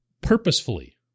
Purposefully